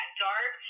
dark